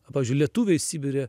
pavyzdžiui lietuviai sibire